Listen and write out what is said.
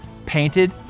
painted